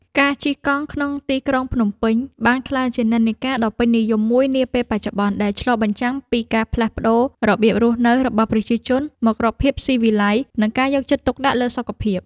ការជិះកង់ក្នុងទីក្រុងភ្នំពេញ បានក្លាយជានិន្នាការដ៏ពេញនិយមមួយនាពេលបច្ចុប្បន្ន ដែលឆ្លុះបញ្ចាំងពីការផ្លាស់ប្តូររបៀបរស់នៅរបស់ប្រជាជនមករកភាពស៊ីវិល័យ និងការយកចិត្តទុកដាក់លើសុខភាព។